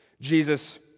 Jesus